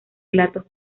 relatos